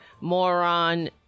moron